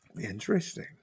Interesting